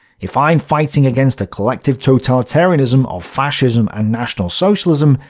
if i'm fighting against the collective totalitarianism of fascism and national socialism,